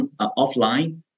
offline